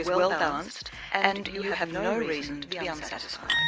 well balanced and you have no reason to be unsatisfied.